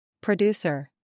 Producer